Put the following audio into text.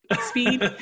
speed